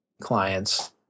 clients